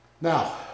Now